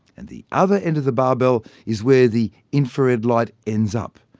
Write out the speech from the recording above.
and the other end of the barbell is where the infrared light ends up,